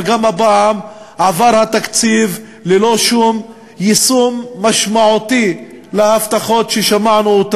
וגם הפעם עבר התקציב ללא שום יישום משמעותי של ההבטחות ששמענו.